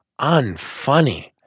unfunny